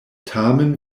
tamen